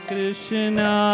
Krishna